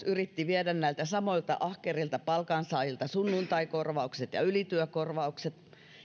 yritti viedä näiltä samoilta ahkerilta palkansaajilta sunnuntaikorvaukset ja ylityökorvaukset